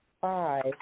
five